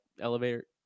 elevator